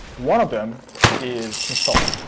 one of them is install.